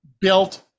built